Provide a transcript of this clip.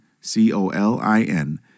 C-O-L-I-N